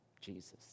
Jesus